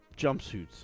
jumpsuits